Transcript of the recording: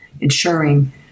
ensuring